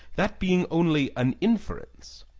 that being only an inference.